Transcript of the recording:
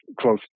close